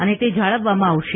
અને તે જાળવવામાં આવશે